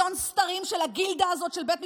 עצמה, אתם רוצים להרוס את בית המשפט